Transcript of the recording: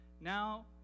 Now